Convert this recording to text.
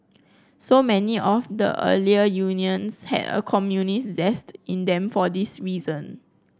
so many of the earlier unions had a communist zest in them for this reason